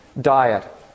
diet